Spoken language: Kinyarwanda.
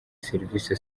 serivisi